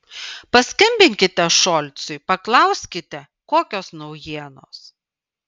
paskambinkite šolcui paklauskite kokios naujienos